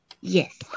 Yes